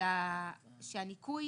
שהניכוי